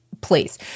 please